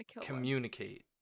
communicate